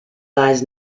lies